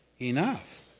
enough